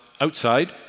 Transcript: outside